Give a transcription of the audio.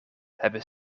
hebben